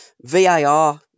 VAR